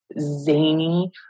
Zany